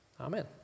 Amen